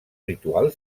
ritual